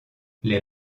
les